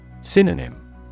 Synonym